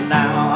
now